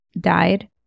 died